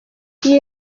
iyi